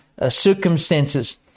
circumstances